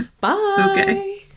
Bye